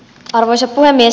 arvoisa puhemies